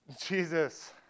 Jesus